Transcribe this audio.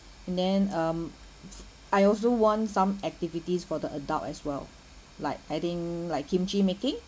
and then um I also want some activities for the adult as well like I think like kimchi making